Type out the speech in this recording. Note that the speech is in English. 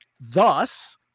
thus